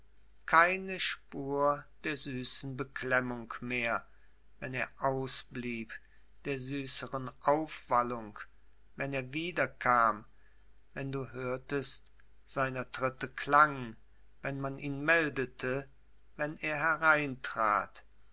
keine spur der süßen beklemmung mehr wenn er ausblieb der süßeren aufwallung wenn er wieder kam wenn du hörtest seiner tritte klang wenn man ihn meldete wenn er hereintrat